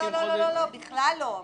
לא, לא בכלל לא.